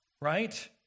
right